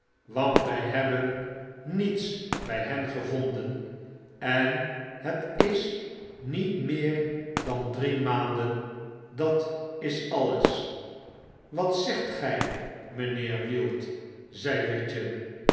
want wy hebben niets by hen gevonden en het is niet meer dan drie maanden dat is alles watzegtgy mijnheer wield zei